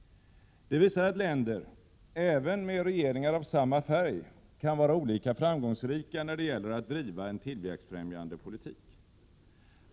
Det visar att länder — även med regeringar av samma färg — kan vara olika framgångsrika när det gäller att driva en tillväxtfrämjande politik.